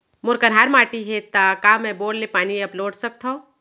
मोर कन्हार माटी हे, त का मैं बोर ले पानी अपलोड सकथव?